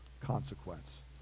consequence